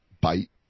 bite